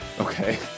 Okay